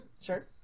sure